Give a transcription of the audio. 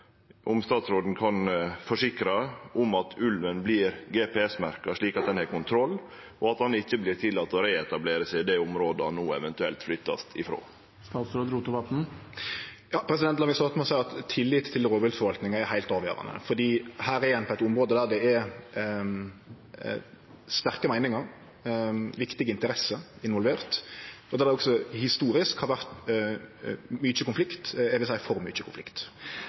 om statsråden kan forsikre at ulven får GPS-merking, slik at ein har kontroll, og at han ikkje vert tillaten å reetablere seg i det området han no eventuelt vert flytta frå. La meg starte med å seie at tillit til rovviltforvaltninga er heilt avgjerande, for her er ein på eit område der det er sterke meiningar og viktige interesser involverte, og der det også historisk har vore mykje konflikt – eg vil seie for mykje konflikt.